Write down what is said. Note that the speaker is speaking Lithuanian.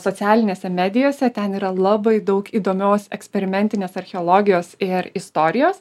socialinėse medijose ten yra labai daug įdomios eksperimentinės archeologijos ir istorijos